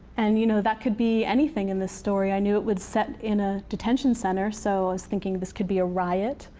and you know that could be anything in this story. i knew it would set in a detention center. so i was thinking, this could be a riot.